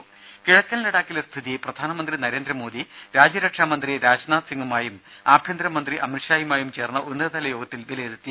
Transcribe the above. രുമ കിഴക്കൻ ലഡാക്കിലെ സ്ഥിതി പ്രധാനമന്ത്രി നരേന്ദ്രമോദി രാജ്യരക്ഷാ മന്ത്രി രാജ്നാഥ് സിങ്ങുമായും ആഭ്യന്തര മന്ത്രി അമിത്ഷായുമായും ചേർന്ന ഉന്നതതല യോഗത്തിൽ വിലയിരുത്തി